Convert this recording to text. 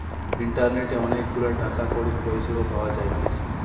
ইন্টারনেটে অনেক গুলা টাকা কড়ির পরিষেবা পাওয়া যাইতেছে